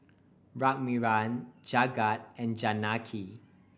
Raghuram Jagat and Janaki